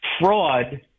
fraud